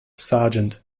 sergeant